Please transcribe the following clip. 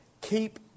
Keep